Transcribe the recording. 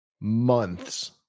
months